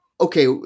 okay